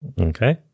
okay